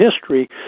history